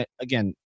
again